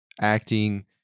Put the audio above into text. acting